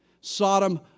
Sodom